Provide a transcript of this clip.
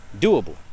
doable